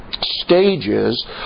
stages